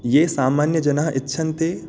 ये सामान्यजनाः इच्छन्ति